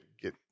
get